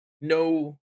No